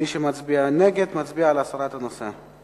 מי שמצביע נגד, מצביע להסרת הנושא.